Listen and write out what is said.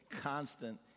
constant